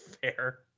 Fair